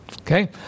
Okay